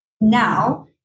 now